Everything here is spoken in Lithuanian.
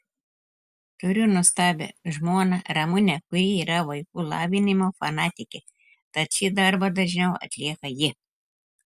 turiu nuostabią žmoną ramunę kuri yra vaikų lavinimo fanatikė tad šį darbą dažniau atlieka ji